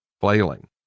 flailing